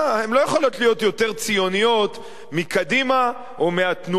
הן לא יכולות להיות יותר ציוניות מקדימה או מהתנועה